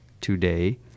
today